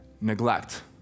neglect